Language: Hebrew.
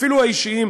אפילו האישיים,